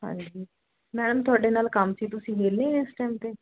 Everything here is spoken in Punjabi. ਹਾਂਜੀ ਮੈਡਮ ਤੁਹਾਡੇ ਨਾਲ ਕੰਮ ਸੀ ਤੁਸੀਂ ਵਿਹਲੇ ਹੈ ਇਸ ਟੈਮ ਤੇ